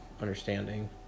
understanding